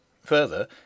Further